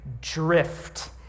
drift